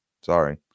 sorry